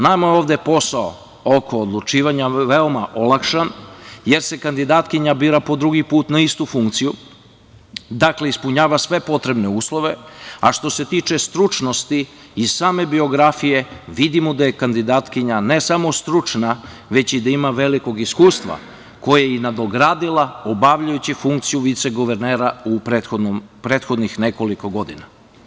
Nama je ovde posao oko odlučivanja veoma olakšan, jer se kandidatkinja bira po drugi put na istu funkciju, dakle, ispunjava sve potrebne uslove, a što se tiče stručnosti i same biografije, vidimo da je kandidatkinja ne samo stručna, već i da ima velikog iskustva, koje je i nadogradila obavljajući funkciju viceguvernera u prethodnih nekoliko godina.